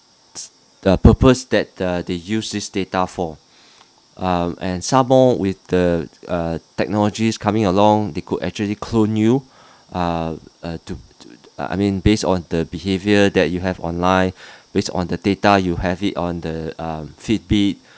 the purpose that the they use this data for err and some more with the uh technology coming along they could actually clone you err uh to to to I mean based on the behaviour that you have online based on the data you have it on the um fit bit